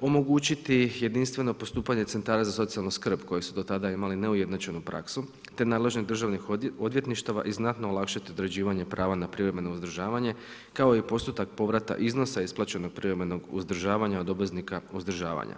omogućiti jedinstveno postupanje centara za socijalnu skrb koje su do tada imale neujednačenu praksu te nadležnih državnih odvjetništava i znatno olakšati određivanje prava na privremeno uzdržavanje kao i postotak povrata iznosa isplaćenog privremenog uzdržavanja od obveznika uzdržavanja.